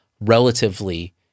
relatively